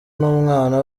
n’umwana